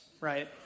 right